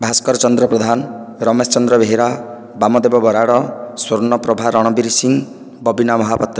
Bhaskar Chandra Pradhan Ramesh Chandra Behera Bamdev Baral Swarnaprabha Ranbir Singh Babina Mohapatra